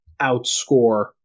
outscore